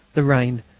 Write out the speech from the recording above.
the rain,